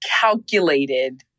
calculated